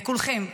לכולכם,